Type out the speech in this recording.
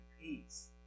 peace